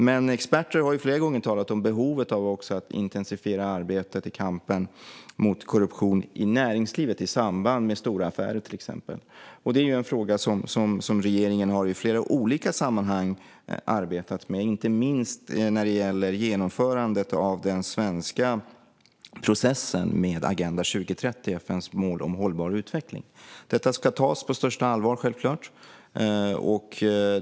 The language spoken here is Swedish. Men experter har flera gånger också talat om behovet av att intensifiera arbetet i kampen mot korruption i näringslivet exempelvis i samband med stora affärer. Det är en fråga som regeringen har arbetat med i flera olika sammanhang, inte minst när det gäller genomförandet av den svenska processen för Agenda 2030, det vill säga FN:s mål om hållbar utveckling. Detta ska självklart tas på största allvar.